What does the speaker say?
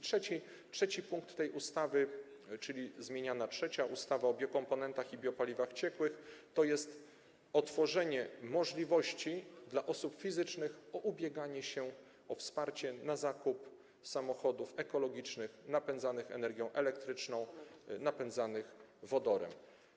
Trzeci punkt tej ustawy, czyli zmiana trzeciej z ustaw, ustawy o biokomponentach i biopaliwach ciekłych, to jest otworzenie możliwości dla osób fizycznych ubiegania się o wsparcie na zakup samochodów ekologicznych napędzanych energią elektryczną, napędzanych wodorem.